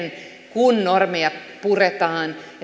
kun normeja puretaan